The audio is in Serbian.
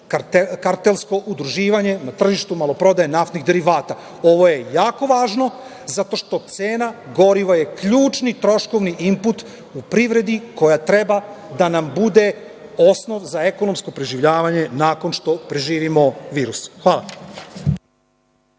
kartelsko udruživanje na tržištu maloprodaje naftnih derivata. Ovo je jako važno zato što cena goriva je ključni troškovni imput u privredi koja treba da nam bude osnova za ekonomsko preživljavanje nakon što preživimo virus. Hvala.